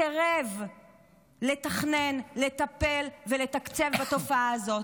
סירב לתכנן, לטפל ולתקצב את התופעה הזאת.